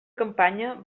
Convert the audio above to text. campanya